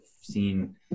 seen